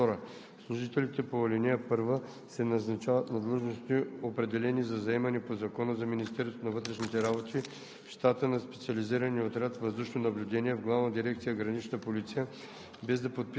1, т. 1 – 3 и ако към 1 ноември 2020 г. не са навършили 60 години. (2) Служителите по ал. 1 се назначават на длъжности, определени за заемане по Закона за Министерството на вътрешните работи,